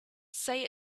say